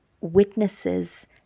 witnesses